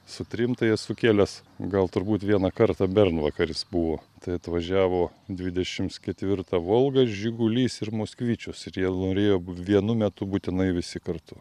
su trim tai esu kėlęs gal turbūt vieną kartą bernvakaris buvo tai atvažiavo dvidešimts ketvirta volga žigulys ir moskvyčius ir jie norėjo vienu metu būtinai visi kartu